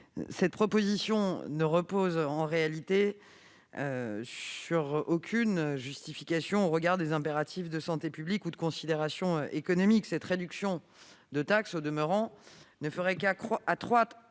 Cette proposition ne repose sur aucune justification au regard des impératifs de santé publique ou de considérations économiques. Cette réduction de taxes, au demeurant, ne ferait qu'accroître